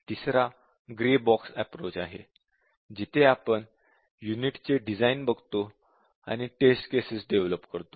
तिसरा grey box approach आहे जिथे आपण युनिट चे डिझाईन बघतो आणि टेस्ट केसेस डेव्हलप करतो